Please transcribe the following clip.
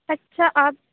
اچھا آپ